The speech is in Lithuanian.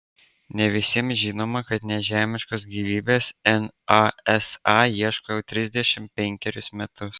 ne visiems žinoma kad nežemiškos gyvybės nasa ieško jau trisdešimt penkerius metus